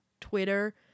twitter